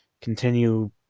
continue